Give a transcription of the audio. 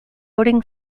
voting